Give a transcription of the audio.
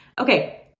Okay